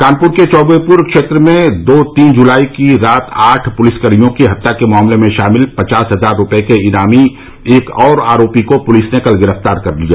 कानपुर के चौबेपुर क्षेत्र में दो तीन जुलाई की रात आठ पुलिसकर्मियों की हत्या के मामले में शामिल पचास हजार रूपये के इनामी एक और आरोपी को पुलिस ने कल गिरफ्तार कर लिया